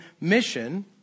mission